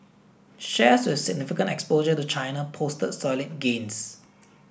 shares with significant exposure to China posted solid gains